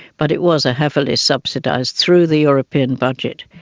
but it was ah heavily subsidised through the european budget,